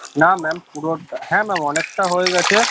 না ম্যাম পুরোটা হ্যাঁ ম্যাম অনেকটা হয়ে গেছে